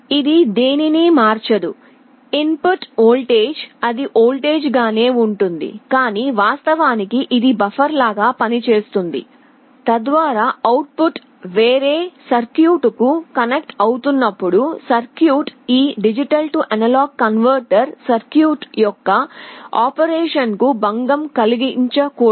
ఇది దేనినీ మార్చదు ఇన్పుట్ వోల్టేజ్ అది వోల్టేజ్ గానే ఉంటుంది కాని వాస్తవానికి ఇది బఫర్ లాగా పనిచేస్తుంది తద్వారా అవుట్ పుట్ వేరే సర్క్యూట్ కు కనెక్ట్ అవుతున్నప్పుడు సర్క్యూట్ ఈ D A కన్వర్టర్ సర్క్యూట్ యొక్క ఆపరేషన్ కు భంగం కలిగించకూడదు